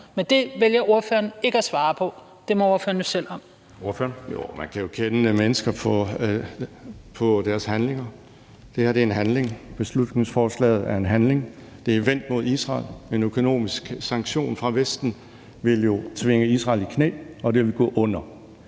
Anden næstformand (Jeppe Søe): Ordføreren. Kl. 19:13 Alex Ahrendtsen (DF): Man kan jo kende mennesker på deres handlinger. Det her er en handling. Beslutningsforslaget er en handling. Det er vendt mod Israel. En økonomisk situation fra Vesten ville jo tvinge Israel i knæ, og det ville gå under.